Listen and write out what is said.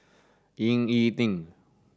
Ying E Ding